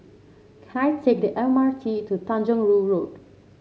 can I take the M R T to Tanjong Rhu Road